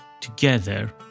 together